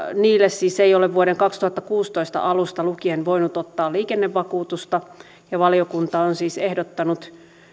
niille siis ei ole vuoden kaksituhattakuusitoista alusta lukien voinut ottaa liikennevakuutusta ja valiokunta on siis ehdottanut